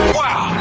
wow